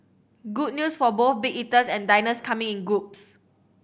good news for both big eaters and diners coming in groups